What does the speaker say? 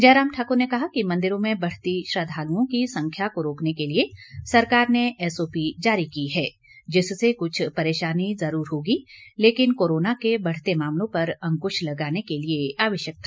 जयराम ठाकुर ने कहा कि मंदिरों में बढती श्रद्दालुओं की संख्या को रोकने के लिए सरकार ने एसओपी जारी की है जिससे कुछ परेशाानी जरूर होगी लेकिन कोरोना के बढ़ते मामलों पर अंकुश लगाने के लिए ये आवश्यक था